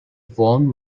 formed